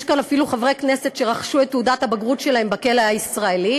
יש כאן אפילו חברי כנסת שרכשו את תעודת הבגרות שלהם בכלא הישראלי,